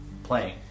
Playing